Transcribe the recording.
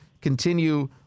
continue